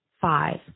Five